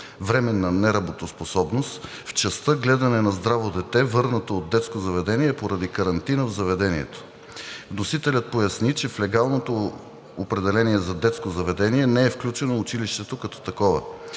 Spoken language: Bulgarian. „временна неработоспособност“, в частта „гледане на здраво дете, върнато от детско заведение поради карантина в заведението“. Вносителят поясни, че в легалното определение за „детско заведение“ не е включено „училището“ като такова.